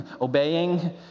obeying